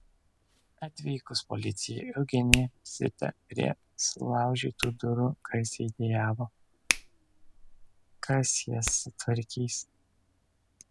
atvykus policijai eugenija zita prie sulaužytų durų garsiai dejavo kas jas sutvarkys